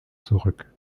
zurück